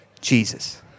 Jesus